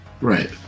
Right